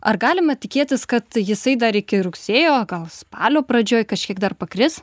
ar galima tikėtis kad jisai dar iki rugsėjo gal spalio pradžioje kažkiek dar kris